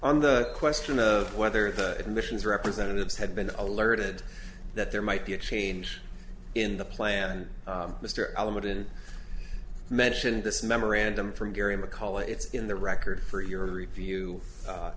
on the question of whether the admissions representatives had been alerted that there might be a change in the plan mr element in mentioned this memorandum from gary mccall it's in the record for your review